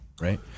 right